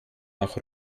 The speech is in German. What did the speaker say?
nach